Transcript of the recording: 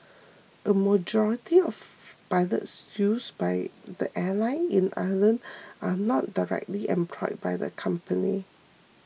a majority of by this used by the airline in Ireland are not directly employed by the company